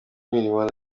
imirimo